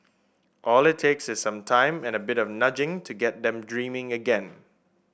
all it takes is some time and a bit of nudging to get them dreaming again